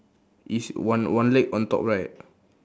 each one one leg on top right